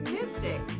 mystic